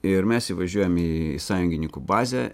ir mes įvažiuojam į sąjungininkų bazę